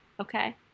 Okay